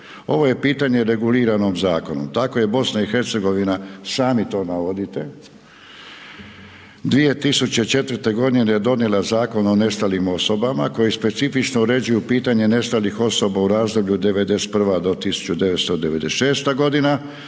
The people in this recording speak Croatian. ovo je pitanje regulirano zakonom, tako je BIH sami to navodite, 2004. g. donijela zakon o nestalim osobama, koje specifično uređuje pitanje nestalih osoba u razdoblju '91.-1996. g.